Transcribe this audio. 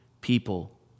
people